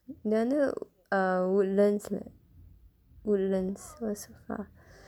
என்னாது:ennathu err woodlands woodlands was far